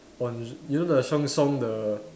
on you know the Sheng-Siong the